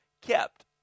kept